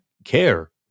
care